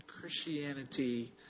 Christianity